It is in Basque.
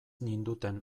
ninduten